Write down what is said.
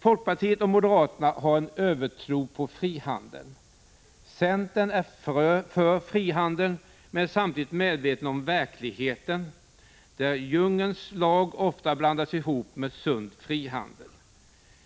Folkpartiet och moderaterna har en övertro på frihandel. Centern är för frihandel, men vi är samtidigt medvetna om verkligheten, där djungelns lag ofta blandas ihop med en sund frihandel.